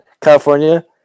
california